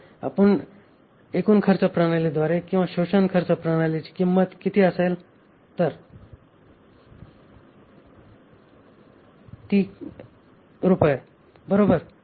जर आपण एकूण खर्च प्रणालीद्वारे किंवा शोषण खर्च प्रणालीची किंमत किती असेल तर Rupees रुपये बरोबर